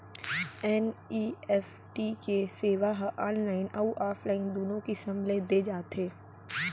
NEFT के सेवा ह ऑनलाइन अउ ऑफलाइन दूनो किसम ले दे जाथे